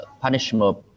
punishment